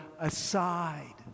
aside